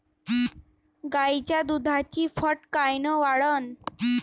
गाईच्या दुधाची फॅट कायन वाढन?